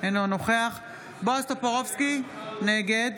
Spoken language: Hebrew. אינו נוכח בועז טופורובסקי, נגד